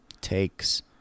takes